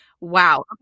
Wow